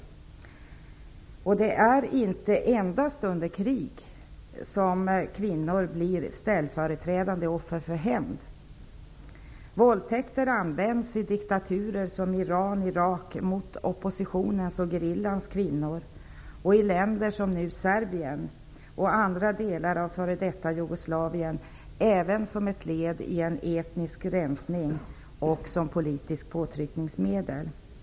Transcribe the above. Det är inte endast under krig som kvinnor blir ställföreträdande offer för hämnd. Våldtäkter används i diktaturer som Iran och Irak mot oppositionens och gerillans kvinnor och i länder som Serbien och andra delar av det f.d. Jugoslavien även som ett led i en etnisk rensning och som politiskt påtryckningsmedel.